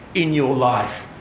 in your life,